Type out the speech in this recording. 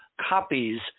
copies